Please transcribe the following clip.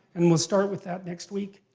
and we'll start with that next week.